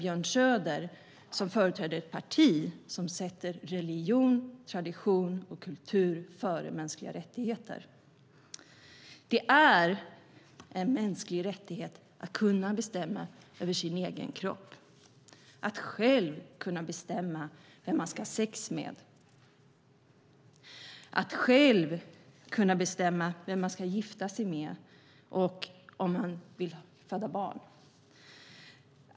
Björn Söder företräder ett parti som sätter religion, tradition och kultur före mänskliga rättigheter. Det är en mänsklig rättighet att kunna bestämma över sin egen kropp, att själv kunna bestämma vem man ska ha sex med, att själv kunna bestämma vem man ska gifta sig med och om man vill föda barn.